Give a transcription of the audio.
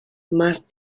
más